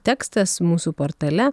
tekstas mūsų portale